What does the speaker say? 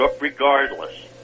regardless